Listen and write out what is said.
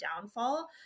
downfall